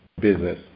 business